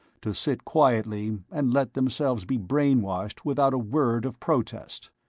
to sit quietly and let themselves be brainwashed without a word of protest.